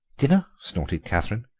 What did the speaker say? dinner! snorted catherine,